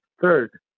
Third